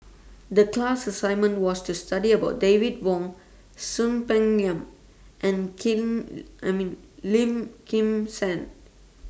The class assignment was to study about David Wong Soon Peng Yam and Kim and Lim Kim San